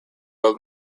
old